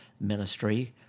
ministry